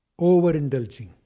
overindulging